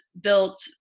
built